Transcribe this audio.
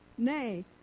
Nay